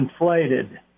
Inflated